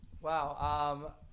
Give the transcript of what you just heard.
Wow